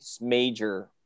major